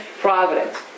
providence